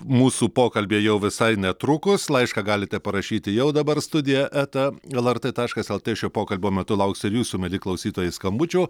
mūsų pokalbyje jau visai netrukus laišką galite parašyti jau dabar studija eta lrt taškas lt šio pokalbio metu lauksiu ir jūsų mieli klausytojai skambučių